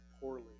poorly